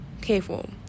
careful